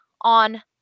on